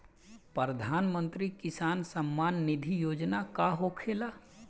प्रधानमंत्री किसान सम्मान निधि योजना का होखेला?